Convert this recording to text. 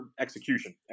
execution